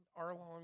Arlong